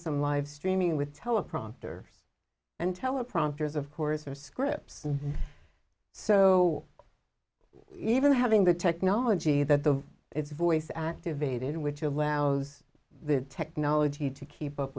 some live streaming with teleprompter and teleprompters of course are scripts so even having the technology that the it's voice activated which allows the technology to keep up